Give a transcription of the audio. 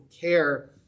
care